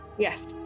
Yes